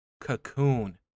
Cocoon